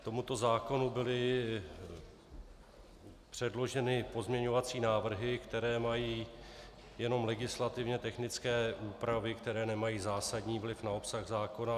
K tomuto zákonu byly předloženy pozměňovací návrhy, které mají jenom legislativně technické úpravy, které nemají zásadní vliv na obsah zákona.